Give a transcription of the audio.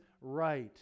right